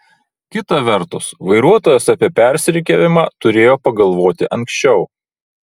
kita vertus vairuotojas apie persirikiavimą turėjo pagalvoti anksčiau